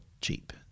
cheap